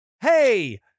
Hey